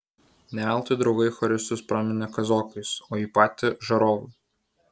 ne veltui draugai choristus praminė kazokais o jį patį žarovu